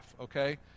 okay